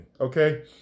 Okay